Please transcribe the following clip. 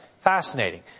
Fascinating